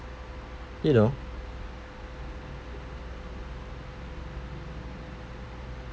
you know